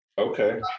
Okay